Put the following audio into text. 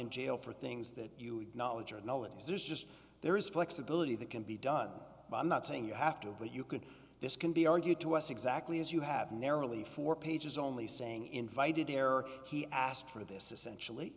in jail for things that you acknowledge or no it is there's just there is flexibility that can be done by not saying you have to but you could this can be argued to us exactly as you have nearly four pages only saying invited error he asked for this essentially